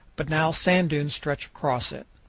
but now sand dunes stretch across it.